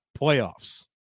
playoffs